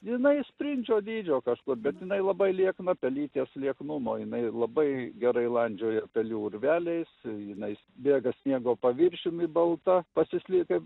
jinai sprindžio dydžio kažkur bet jinai labai liekna pelytės lieknumo jinai labai gerai landžioja pelių urveliais jinais bėga sniego paviršiumi balta pasislėpė